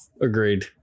agreed